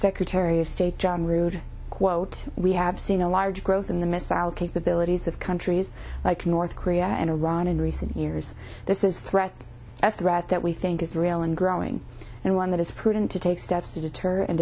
secretary of state john rood quote we have seen a large growth in the missile capabilities of countries like north korea and iran in recent years this is threat a threat that we think is real and growing and one that is prudent to take steps to deter and